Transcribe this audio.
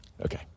Okay